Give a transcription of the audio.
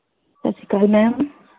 ਸਤਿ ਸ਼੍ਰੀ ਅਕਾਲ ਮੈਮ